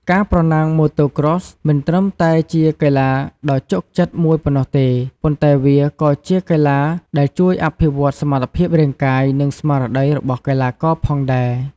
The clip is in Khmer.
ការប្រណាំង Motocross មិនត្រឹមតែជាកីឡាដ៏ជក់ចិត្តមួយប៉ុណ្ណោះទេ ប៉ុន្តែវាក៏ជាកីឡាដែលជួយអភិវឌ្ឍសមត្ថភាពរាងកាយ និងស្មារតីរបស់កីឡាករផងដែរ។